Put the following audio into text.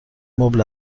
مبل